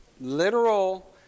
literal